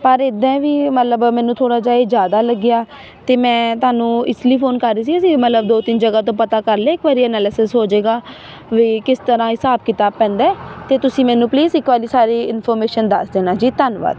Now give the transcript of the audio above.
ਪਰ ਇੱਦਾਂ ਵੀ ਮਤਲਬ ਮੈਨੂੰ ਥੋੜ੍ਹਾ ਜਿਹਾ ਇਹ ਜ਼ਿਆਦਾ ਲੱਗਿਆ ਅਤੇ ਮੈਂ ਤੁਹਾਨੂੰ ਇਸ ਲਈ ਫੋਨ ਕਰ ਰਹੀ ਸੀ ਸੀ ਮਤਲਬ ਦੋ ਤਿੰਨ ਜਗ੍ਹਾ ਤੋਂ ਪਤਾ ਕਰ ਲਿਆ ਇੱਕ ਵਾਰੀ ਐਨਾਲੇਸਿਸ ਹੋ ਜਾਵੇਗਾ ਵੀ ਕਿਸ ਤਰ੍ਹਾਂ ਹਿਸਾਬ ਕਿਤਾਬ ਪੈਂਦਾ ਅਤੇ ਤੁਸੀਂ ਮੈਨੂੰ ਪਲੀਜ਼ ਇੱਕ ਵਾਰੀ ਸਾਰੀ ਇਨਫੋਰਮੇਸ਼ਨ ਦੱਸ ਦੇਣਾ ਜੀ ਧੰਨਵਾਦ